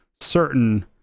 certain